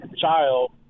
child